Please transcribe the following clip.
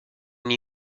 new